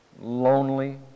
lonely